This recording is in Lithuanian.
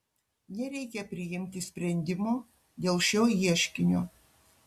nereikia priimti sprendimo dėl šio ieškinio